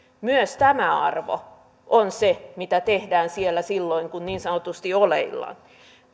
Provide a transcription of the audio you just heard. myös tämä arvo on se mitä tehdään siellä silloin kun niin sanotusti oleillaan